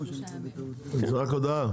זה רק הודעה.